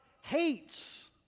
hates